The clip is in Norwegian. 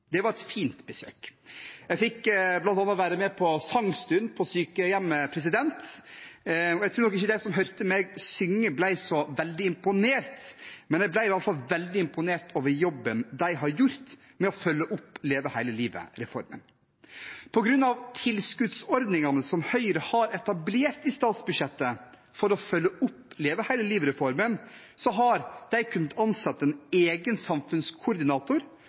Det var et fint besøk. Jeg fikk bl.a. være med på sangstund på sykehjemmet, og jeg tror nok ikke de som hørte meg synge, ble så veldig imponert, men jeg ble i alle fall veldig imponert over jobben de har gjort med å følge opp Leve hele livet-reformen. På grunn av tilskuddsordningene som Høyre har etablert i statsbudsjettet for å følge opp Leve hele livet-reformen, har de kunnet ansette en egen samfunnskoordinator